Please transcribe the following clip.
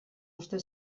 uste